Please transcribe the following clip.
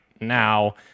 now